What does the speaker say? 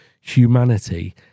humanity